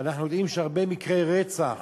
ואנחנו יודעים שהרבה מקרי רצח